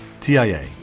TIA